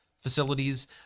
facilities